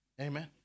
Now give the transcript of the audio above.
Amen